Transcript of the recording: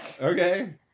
Okay